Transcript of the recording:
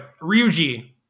Ryuji